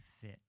fit